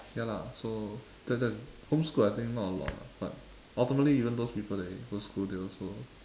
ya lah so the the homeschooled I think not a lot lah but ultimately even those people they go school they also